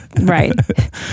Right